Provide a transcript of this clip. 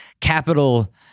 capital